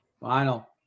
Final